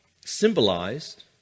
symbolized